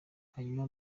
hanyuma